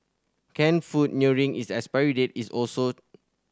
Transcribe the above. canned food nearing its expiry date is also